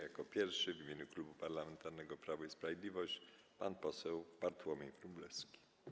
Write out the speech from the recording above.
Jako pierwszy w imieniu Klubu Parlamentarnego Prawo i Sprawiedliwość pan poseł Bartłomiej Wróblewski.